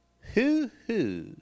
Hoo-hoo